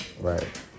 Right